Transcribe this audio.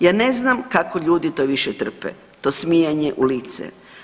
Ja ne znam kako ljudi to više trpe to smijanje u lice.